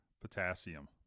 potassium